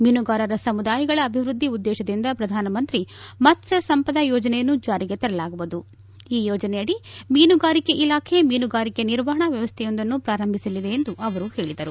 ಮೀನುಗಾರರ ಸಮುದಾಯಗಳ ಅಭಿವೃದ್ದಿ ಉದ್ದೇಶದಿಂದ ಪ್ರಧಾನಮಂತ್ರಿ ಮತ್ಸ್ಯ ಸಂಪದ ಯೋಜನೆಯನ್ನು ಜಾರಿಗೆ ತರಲಾಗುವುದು ಈ ಯೋಜನೆಯಡಿ ಮೀನುಗಾರಿಕೆ ಇಲಾಖೆ ಮೀನುಗಾರಿಕೆ ನಿರ್ವಹಣಾ ವ್ಚವಸ್ಲೆಯೊಂದನ್ನು ಪ್ರಾರಂಭಿಸಲಿದೆ ಎಂದು ಅವರು ಹೇಳಿದರು